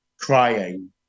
crying